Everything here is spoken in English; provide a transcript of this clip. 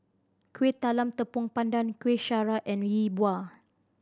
Kuih Talam Tepong Pandan Kueh Syara and Yi Bua